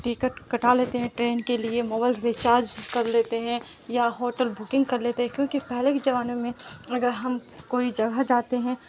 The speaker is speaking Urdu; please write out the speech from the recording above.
ٹکٹ کٹا لیتے ہیں ٹرین کے لیے موبائل ریچارج کر لیتے ہیں یا ہوٹل بکنگ کر لیتے ہیں کیونکہ پہلے کے زمانے میں اگر ہم کوئی جگہ جاتے ہیں